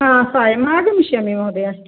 हा सायम् आगमिश्यामि महोदय